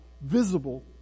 visible